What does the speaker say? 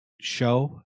show